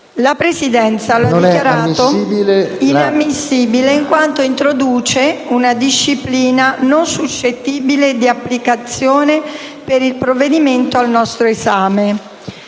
La Presidenza lo ha dichiarato inammissibile in quanto introduce una disciplina non suscettibile di applicazione per il provvedimento al nostro esame.